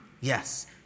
Yes